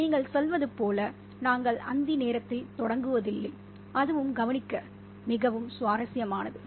நீங்கள் சொல்வது போல் நாங்கள் அந்தி நேரத்தில் தொடங்குவதில்லை அதுவும் கவனிக்க மிகவும் சுவாரஸ்யமானது